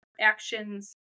actions